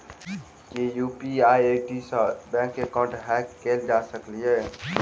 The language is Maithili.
की यु.पी.आई आई.डी सऽ बैंक एकाउंट हैक कैल जा सकलिये?